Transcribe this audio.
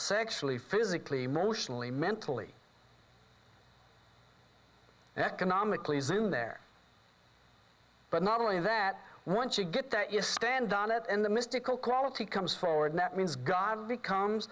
sexually physically emotionally mentally and economically soon there but not only that once you get that you stand on it and the mystical quality comes forward that means god becomes